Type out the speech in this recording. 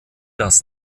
das